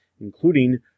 including